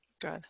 good